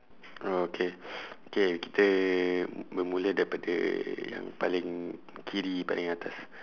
oh okay K kita bermula daripada yang paling kiri paling atas